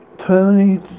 Tony